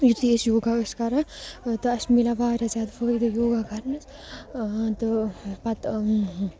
یُتھُے أسۍ یوگا ٲسۍ کَران تہٕ اَسہِ مِلیٛو واریاہ زیادٕ فٲیدٕ یوگا کَرنَس تہٕ پَتہٕ